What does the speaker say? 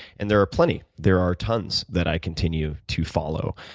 and there are plenty, there are tons that i continue to follow,